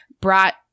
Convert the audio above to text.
brought